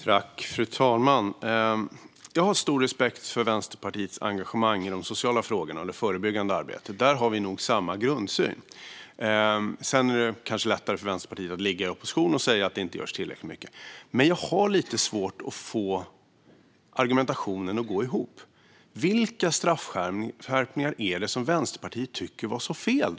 Fru talman! Jag har stor respekt för Vänsterpartiets engagemang i de sociala frågorna och i det förebyggande arbetet. Där har vi nog samma grundsyn. Sedan är det kanske lättare för Vänsterpartiet att vara i opposition och säga att det inte görs tillräckligt mycket. Men jag har lite svårt att få argumentationen att gå ihop. Vilka straffskärpningar är det som Vänsterpartiet tycker är fel?